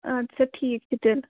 اَدٕ سا ٹھیٖک چھُ تیٚلہٕ